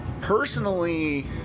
Personally